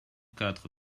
quatre